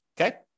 Okay